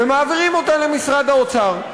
ומעבירים אותה למשרד האוצר.